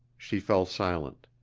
she fell silent.